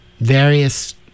various